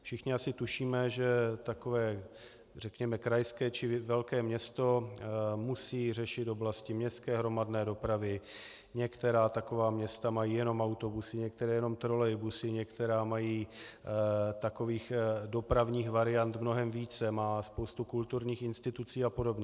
Všichni asi tušíme, že takové krajské či velké město musí řešit oblasti městské hromadné dopravy, některá taková města mají jenom autobusy, některá jenom trolejbusy, některá mají takových dopravních variant mnohem více, májí spoustu kulturních institucí a podobně.